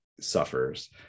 suffers